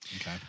Okay